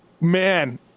Man